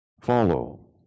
follow